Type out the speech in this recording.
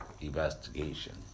investigation